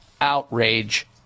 Outrage